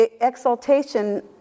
exaltation